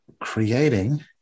creating